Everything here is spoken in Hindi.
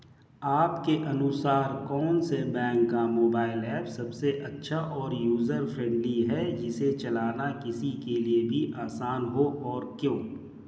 आपके अनुसार कौन से बैंक का मोबाइल ऐप सबसे अच्छा और यूजर फ्रेंडली है जिसे चलाना किसी के लिए भी आसान हो और क्यों?